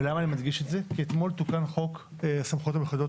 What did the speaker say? אני מדגיש את זה כי אתמול תוקן חוק סמכויות מיוחדות,